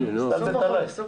--- בוקר טוב.